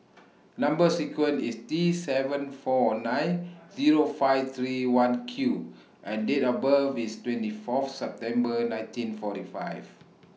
Number sequence IS T seven four nine Zero five three one Q and Date of birth IS twenty four of September nineteen forty five